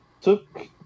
took